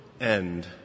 end